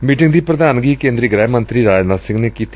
meeting ਦੀ ਪ੍ਧਾਨਗੀ ਕੇਂਦਰੀ ਗ੍ਹਿ ਮੰਤਰੀ ਰਾਜਨਾਥ ਸਿੰਘ ਨੇ ਕੀਤੀ